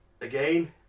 again